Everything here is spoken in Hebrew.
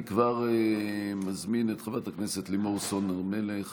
אני כבר מזמין את חברת הכנסת לימור סון הר מלך